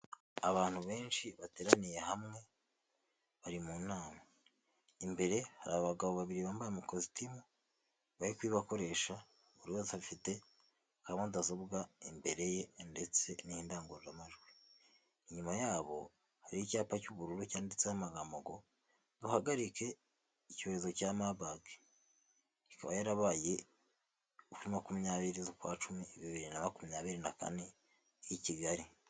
Abantu benshi bateraniye hamwe bari mu nama, imbere hari abagabo babiri bambaye amakositimu bari kuyibakoresha, buri wese afite kamudadasobwa imbere ye ndetse n'indangururamajwi, inyuma yabo hari icyapa cy'ubururu cyanditseho amagambo ngo duhagarike icyorezo cya Marbug, ikaba yarabaye kuri makumyabiri z'ukwacumi bibiri na makumyabiri na kane i Kigali.